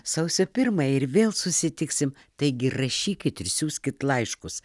sausio pirmąją ir vėl susitiksim taigi rašykit ir siųskit laiškus